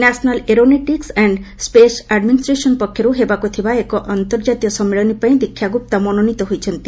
national aeronautics and ସେସ୍ administration ପକ୍ଷର୍ ହେବାକୁ ଥିବା ଏକ ଅନ୍ତର୍ଜାତୀୟ ସମ୍ମିଳନୀ ପାଇଁ ଦୀକ୍ଷା ଗୁପ୍ତା ମନୋନୀତ ହୋଇଛନ୍ତି